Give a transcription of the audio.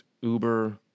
Uber